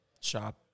shop